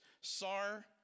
Sar